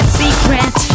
secret